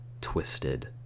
twisted